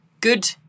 good